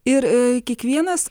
ir kiekvienas